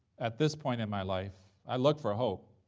at this point in my life i look for hope,